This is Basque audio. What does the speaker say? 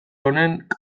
honek